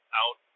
out